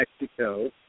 Mexico